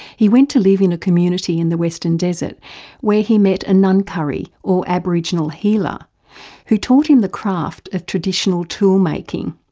he went to live in a community in the western desert where he met a ngangkari or aboriginal healer who taught him the craft of traditional tool making.